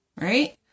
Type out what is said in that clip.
Right